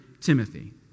Timothy